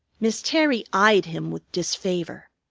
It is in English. miss terry eyed him with disfavor.